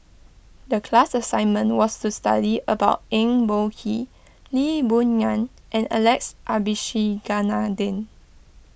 the class assignment was to study about Eng Boh Kee Lee Boon Ngan and Alex Abisheganaden